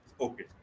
okay